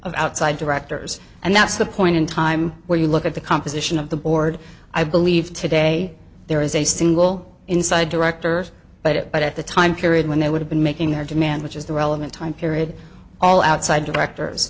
of outside directors and that's the point in time where you look at the composition of the board i believe today there is a single inside director but it but at the time period when they would have been making their demand which is the relevant time period all outside director